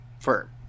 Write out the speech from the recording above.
firm